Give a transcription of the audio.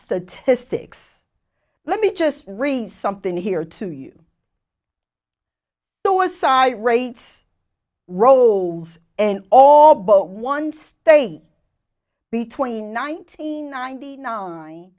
statistics let me just read something here to you know what side rates rolls and all but one state between nineteen ninety